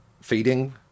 feeding